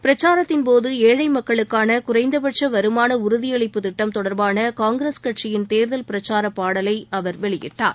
பிரச்சாரத்தின்போது ஏழை மக்களுக்காள குறைந்தபட்ச வருமான உறுதியளிப்பு திட்டம் தொடர்பான காங்கிரஸ் கட்சியின் தேர்தல் பிரச்சார பாடலை அவர் வெளியிட்டார்